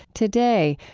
today,